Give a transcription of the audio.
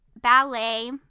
ballet